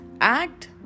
act